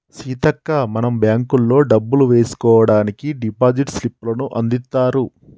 సీతక్క మనం బ్యాంకుల్లో డబ్బులు వేసుకోవడానికి డిపాజిట్ స్లిప్పులను అందిత్తారు